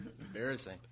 Embarrassing